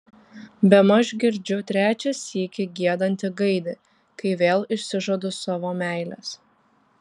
bemaž girdžiu trečią sykį giedantį gaidį kai vėl išsižadu savo meilės